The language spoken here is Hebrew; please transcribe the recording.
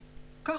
ככה,